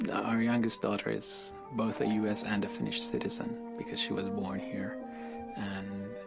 our youngest daughter is both us and finnish citizen, because she was born here and